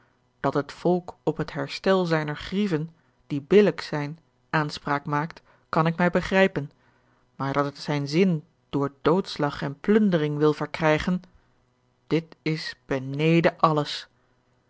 dat het volk op het herstel zijner grieven die billijk zijn aanspraak maakt kan ik mij begrijpen maar dat het zijn zin door doodslag en plundering wil verkrijgen dit is beneden alles